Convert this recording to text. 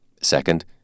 Second